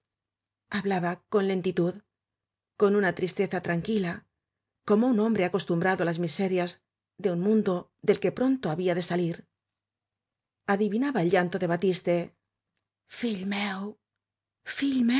hablaba con lentitud con una tristeza tran quila como hombre acostumbrado á las mise áñ rías de un mundo del que pronto había de salir adivinaba el llanto de batiste fill